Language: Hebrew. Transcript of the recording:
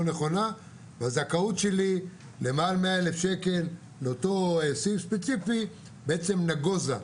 נכונה והזכאות שלי למעל 100,000 שקל לאותו סעיף ספציפי בעצם נגוזה,